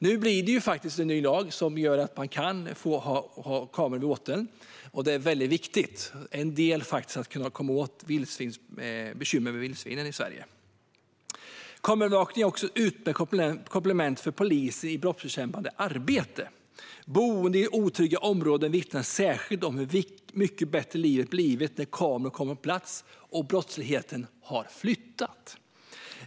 Nu blir det en ny lag som gör att man kan få ha kameraövervakning vid åtelplatsen. Det är en del i att komma åt bekymren med vildsvin i Sverige. Kameraövervakning är ett utmärkt komplement för polisen i det brottsbekämpande arbetet. Boende i otrygga områden vittnar särskilt om hur mycket bättre livet blivit när kameror kommit på plats och brottsligheten har flyttat.